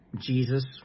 Jesus